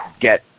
get